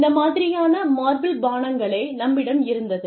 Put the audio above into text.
இந்த மாதிரியான மார்பிள் பானங்களே நம்மிடம் இருந்தது